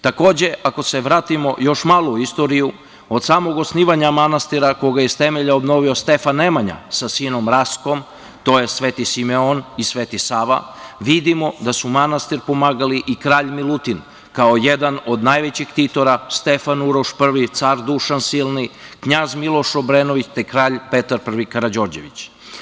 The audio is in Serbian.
Takođe, ako se vratimo još malo u istoriju od samog osnivanja manastira koga je iz temelja obnovio Stefan Nemanja sa sinom Raskom, to je Sveti Simeon i Sveti Sava, vidimo da su manastir pomagali i kralj Milutin, kao jedan od najvećih ktitora, Stefan Uroš I, car Dušan Silni, knjaz Miloš Obrenović, te kralj Petar I Karađorđević.